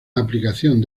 aplicación